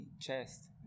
chest